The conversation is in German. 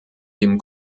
dem